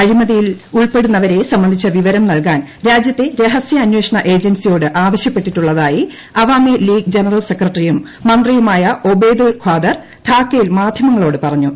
അഴിമതിയിൽഉൾപ്പെടുന്നവരെസംബന്ധിച്ച വിവരം നൽകാൻ രാജ്യത്തെ രഹസ്യാനേഷണ ഏജൻസിയോട് ആവശ്യപ്പെട്ടിട്ടുള്ളതായി അവാമിലീഗ് ജനറൽസെക്രട്ടറിയും മന്ത്രിയുമായഒബേദുൾഖാദർ ധാക്കയിൽ മാധ്യമങ്ങളോട് പറഞ്ഞു